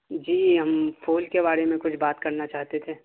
جی ہم پھول کے بارے میں کچھ بات کرنا چاہتے تھے